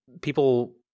people